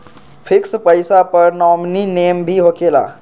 Fix पईसा पर nominee name भी होकेला?